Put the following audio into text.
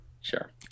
Sure